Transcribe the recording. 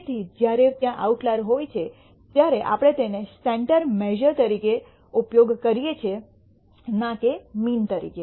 તેથી જ્યારે ત્યાં આઉટલાયર હોય છે ત્યારે આપણે તેને સેંટર મેશ઼ર તરીકે ઉપયોગ કર્યે છે ના કે મીન તરીક